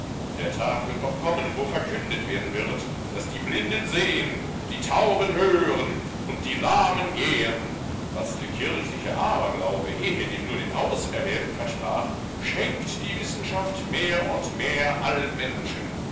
der tag wird noch kommen wo verkündet werden wird daß die blinden sehen die tauben hören und die lahmen gehen was der kirchliche aberglaube ehedem nur den auserwählten versprach schenkt die wissenschaft mehr und mehr allen menschen